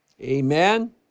amen